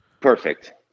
Perfect